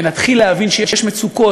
ונתחיל להבין שיש מצוקות,